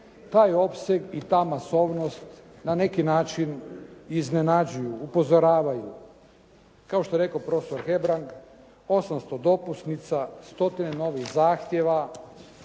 Taj opseg i ta masovnost na neki način iznenađuju, upozoravaju. Kao što je rekao profesor Hebrang 800 dopusnica, stotine novih zahtjeva